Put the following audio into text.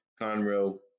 Conroe